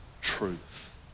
truth